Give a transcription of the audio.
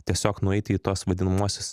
tiesiog nueiti į tuos vadinamuosius